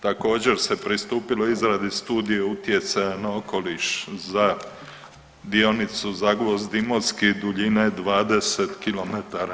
Također se pristupilo izradi Studije utjecaja na okoliš za dionicu Zagvozd – Imotski duljine 20 km.